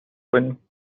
کنیم